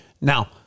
Now